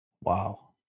Wow